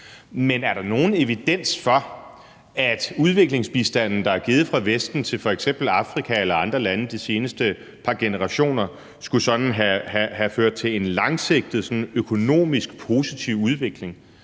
Men er der nogen evidens for, at udviklingsbistanden, der er givet fra Vesten til f.eks. Afrika eller lande andre steder de seneste par generationer, skulle have ført til sådan en langsigtet positiv økonomisk udvikling?